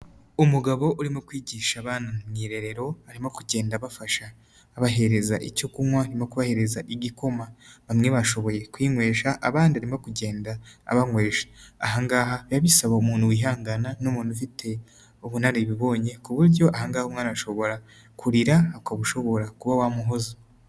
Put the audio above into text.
Umugabo urimo kwigisha abana mwirerero, arimo kugenda abafasha, abahereza icyo kunywa, arimo kubahereza igikoma, bamwe bashoboye kwinywesha, abandi arimo kugenda abanywesha, aha ngaha biba bisaba umuntu wihangana n'umuntu ufite ubunararibonye ku buryo aha ngaha umwana ashobora kurira, ukaba ushobora kuba wamuhoza.